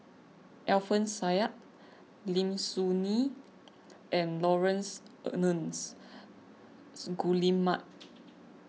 Alfian Sa'At Lim Soo Ngee and Laurence Nunns Guillemard